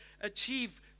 achieve